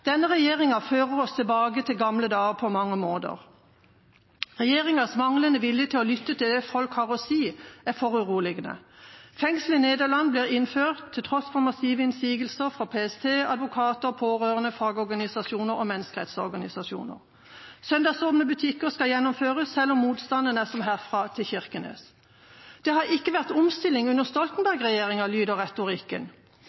denne regjeringa fører oss tilbake til gamle dager på mange måter. Regjeringas manglende vilje til å lytte til det folk har å si, er foruroligende. Fengslet i Nederland ble innført til tross for massive innsigelser fra PST, advokater, pårørende, fagorganisasjoner og menneskerettsorganisasjoner. Søndagsåpne butikker skal gjennomføres, selv om motstanden er som herfra til Kirkenes. Det har ikke vært omstilling under Stoltenberg-regjeringa, lyder retorikken.